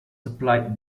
supplied